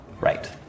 Right